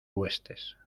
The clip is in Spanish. huestes